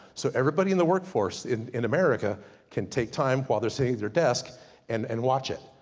so everybody in the workforce in in america can take time, while they're sitting at their desk and and watch it.